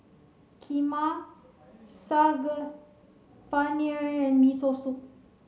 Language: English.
Kheema Saag Paneer and Miso Soup